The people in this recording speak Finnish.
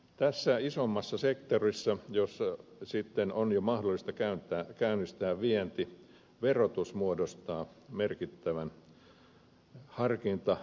tässä isommassa sektorissa jossa sitten on jo mahdollista käynnistää vienti verotus muodostaa merkittävän harkintavaiheen